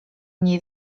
nie